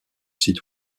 site